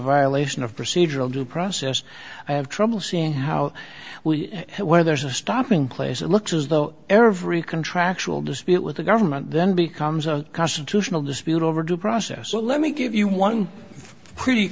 violation of procedural due process i have trouble seeing how we where there is a stopping place it looks as though every contractual dispute with the government then becomes a constitutional dispute over due process so let me give you one pretty